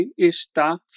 ESTÁ